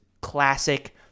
classic